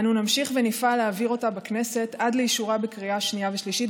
אנו נמשיך ונפעל להעביר אותה בכנסת עד לאישורה בקריאה שנייה ושלישית,